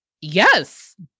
yes